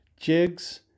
jigs